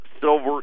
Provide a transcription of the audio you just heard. Silver